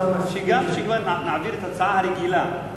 מציע שכבר נעביר גם את ההצעה הרגילה,